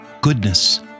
goodness